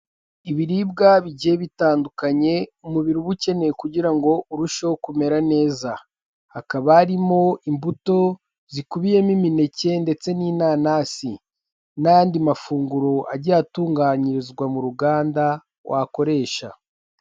Ibiribwa bigiye bitandukanye umubiri uba ukeneye kugira ngo urusheho kumera neza hakaba harimo imbuto zikubiyemo imineke ndetse n'inanasi n'andi mafunguro agiye atunganyirizwa mu ruganda wakoresha.